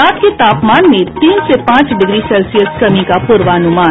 रात के तापमान में तीन से पांच डिग्री सेल्सियस कमी का पूर्वानुमान